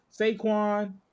Saquon